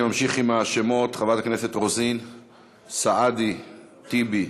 אני ממשיך בשמות: חברי הכנסת רוזין, סעדי, טיבי,